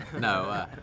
No